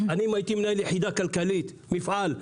אם הייתי מנהל יחידה כלכלית, מפעל,